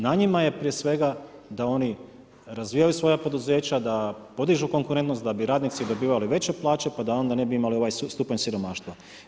Na njima je prije svega da oni razvijaju svoja poduzeća, da podižu konkurentnost da bi radnici dobivali veće plaće pa da onda ne bi imali ovaj stupanj siromaštva.